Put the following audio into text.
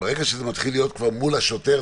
ברגע שזה מתחיל להיות כבר מול השוטר,